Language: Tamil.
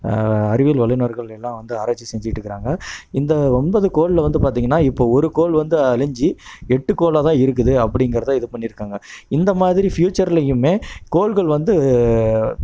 அறிவியல் வல்லுநர்கள் எல்லாம் வந்து ஆராய்ச்சி செஞ்சிகிட்டு இருக்கிறாங்க இந்த ஒன்பது கோள்ல வந்த பார்த்திங்கன்னா இப்போ ஒரு கோள் வந்து அழிந்து எட்டுக் கோளாகதான் இருக்குது அப்படிங்கிறத இது பண்ணியிருக்காங்க இந்தமாதிரி ஃப்யூச்சர்லயுமே கோள்கள் வந்து